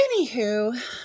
Anywho